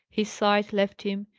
his sight left him,